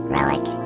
Relic